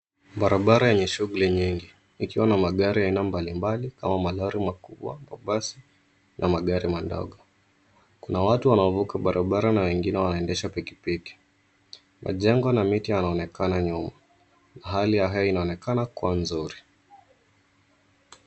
Barabara yenye shughuli nyingi ikiwa na magari aina mbambali kama malori makubwa, mabasi na magari madogo. Kuna watu wanaovuka barabara na wengine waendesha pikipiki. Majengo na miti yanaonekana nyuma na hali ya hewa inaonekana kuwa nzuri.